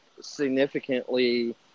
significantly